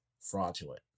fraudulent